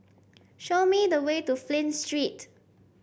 show me the way to Flint Street